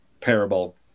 parable